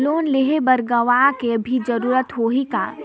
Loan लेहे बर गवाह के भी जरूरत होही का?